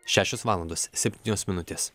šešios valandos septynios minutės